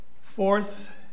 Fourth